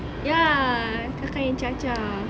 ya kai kai and jia jia